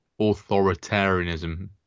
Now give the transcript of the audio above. authoritarianism